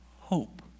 hope